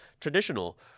traditional